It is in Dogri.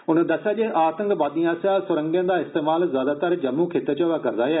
उनें दसेया जे आतंकवादियें आसेया सुरंगें दा इस्तेमाल ज्यादातर जम्मू खिते च होआ करदा ऐ